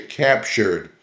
captured